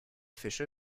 fische